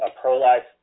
pro-life